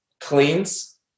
cleans